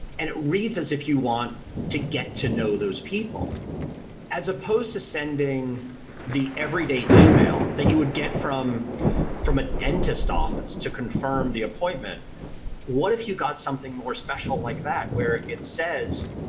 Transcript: and it reads as if you want to get to know those people as opposed to sending the everyday email that you would get from from a dentist office to confirm the appointment. barry what if you got something more special like that where it says,